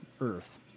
Earth